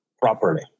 properly